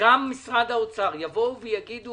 וגם משרד האוצר יגידו